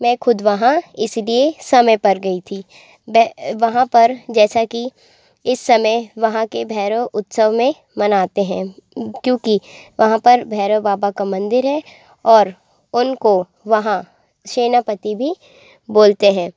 मैं ख़ुद वहाँ इसलिए समय पर गई थी मैं वहाँ पर जैसा कि इस समय वहाँ के भैरव उत्सव में मनाते हैं क्योंकि वहाँ पर भैरव बाबा का मंदिर है और उनको वहाँ सेनापति भी बोलते हैं